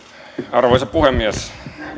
arvoisa puhemies